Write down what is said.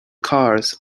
cars